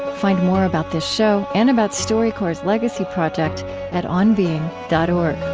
find more about this show and about storycorps' legacy project at onbeing dot o um